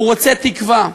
הוא רוצה תקווה.